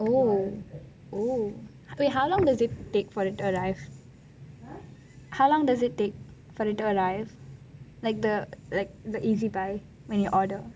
oh oh how long does it take for it to arrive how long does it take for it to arrive like the ezbuy when you order